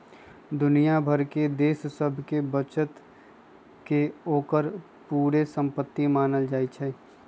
दुनिया भर के देश सभके बचत के ओकर पूरे संपति मानल जाइ छइ